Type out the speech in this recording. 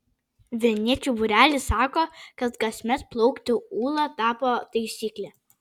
vilniečių būrelis sako kad kasmet plaukti ūla tapo taisykle